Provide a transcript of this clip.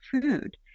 food